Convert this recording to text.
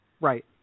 Right